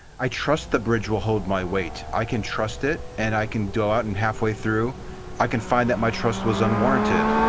i trust the bridge will hold my weight. i can trust it and i can go out and halfway through i can find that my trust was unwarranted.